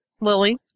Lily